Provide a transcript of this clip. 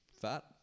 fat